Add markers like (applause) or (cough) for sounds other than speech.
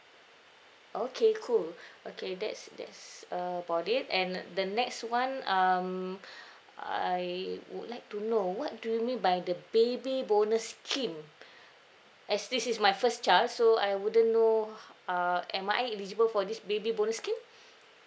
okay cool (breath) okay that's that's err about it and the next one um (breath) I would like to know what do you mean by the baby bonus scheme as this is my first child so I wouldn't know h~ uh am I eligible for this baby bonus scheme (breath)